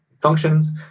functions